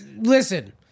Listen